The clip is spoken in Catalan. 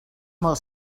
molt